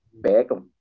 Beckham